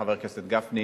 חבר הכנסת גפני,